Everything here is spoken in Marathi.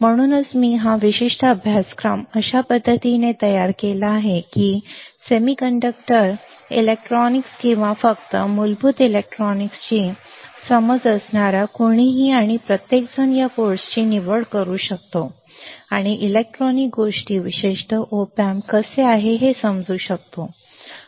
म्हणूनच मी हा विशिष्ट अभ्यासक्रम अशा पद्धतीने तयार केला आहे की अर्धसंवाहक इलेक्ट्रॉनिक्स किंवा फक्त मूलभूत इलेक्ट्रॉनिक्सची मूलभूत समज असणारा कोणीही आणि प्रत्येकजण या कोर्सची निवड करू शकतो आणि इलेक्ट्रॉनिक गोष्टी विशेषतः op amps कसे आहेत हे समजू शकतो